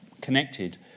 connected